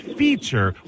feature